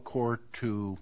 court to